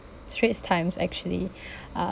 straits times actually uh